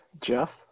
Jeff